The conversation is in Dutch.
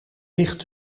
ligt